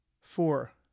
four